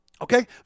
Okay